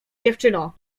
dziewczyno